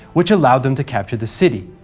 which allowed them to capture the city.